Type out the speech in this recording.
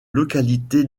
localité